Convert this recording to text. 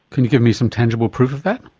can you give me some tangible proof of that?